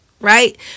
right